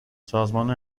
سازمان